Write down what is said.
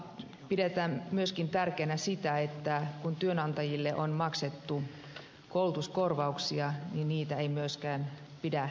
pidetään myöskin tärkeänä sitä että kun työnantajille on maksettu koulutuskorvauksia niin niitä ei myöskään pidä vähentää